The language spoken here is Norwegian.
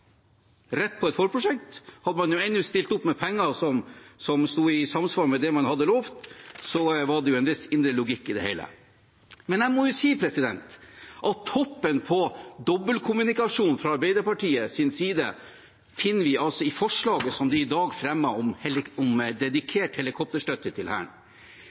rett på et forprosjekt. Hadde man enda stilt opp med penger som sto i samsvar med det man hadde lovet, hadde det jo vært en viss indre logikk i det hele. Men toppen på dobbeltkommunikasjon fra Arbeiderpartiets side finner vi altså i forslaget som de i dag fremmer om dedikert helikopterstøtte til Hæren.